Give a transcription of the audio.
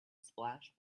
splashed